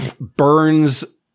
burns